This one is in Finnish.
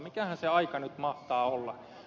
mikähän se aika nyt mahtaa olla